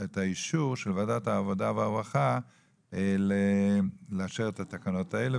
את האישור של וועדת העבודה והרווחה לאשר את התקנות הלאה,